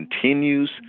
continues